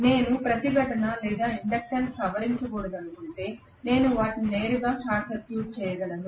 నేను ప్రతిఘటన లేదా ఇండక్టెన్స్ను సవరించకూడదనుకుంటే నేను వాటిని నేరుగా షార్ట్ సర్క్యూట్ చేయగలను